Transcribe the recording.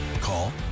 Call